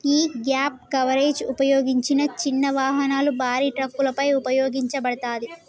యీ gap coverage ఉపయోగించిన చిన్న వాహనాలు, భారీ ట్రక్కులపై ఉపయోగించబడతాది